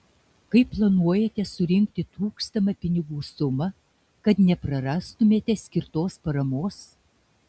kaip planuojate surinkti trūkstamą pinigų sumą kad neprarastumėte skirtos paramos